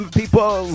people